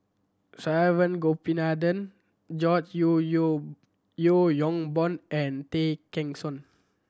Saravanan Gopinathan George Yeo Yeo Yeo Yong Boon and Tay Kheng Soon